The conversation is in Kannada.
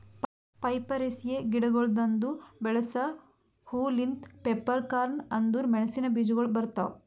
ಪೈಪರೇಸಿಯೆ ಗಿಡಗೊಳ್ದಾಂದು ಬೆಳಸ ಹೂ ಲಿಂತ್ ಪೆಪ್ಪರ್ಕಾರ್ನ್ ಅಂದುರ್ ಮೆಣಸಿನ ಬೀಜಗೊಳ್ ಬರ್ತಾವ್